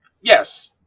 yes